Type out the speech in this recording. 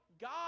God